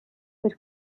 per